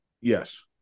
Yes